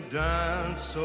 dance